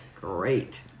Great